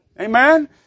Amen